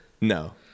No